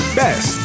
best